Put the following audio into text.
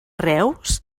reus